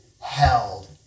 held